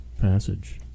passage